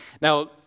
Now